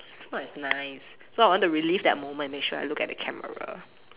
it's not as nice so I want to relive that moment make sure I look at the camera